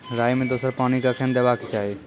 राई मे दोसर पानी कखेन देबा के चाहि?